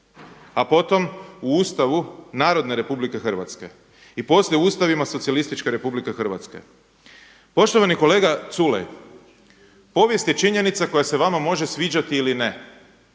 a potom u Ustavu Narodne Republike Hrvatske i poslije ustavima Socijalističke Republike Hrvatske. Poštovani kolega Culej, povijest je činjenica koja se vama može sviđati ili ne.